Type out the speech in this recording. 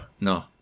no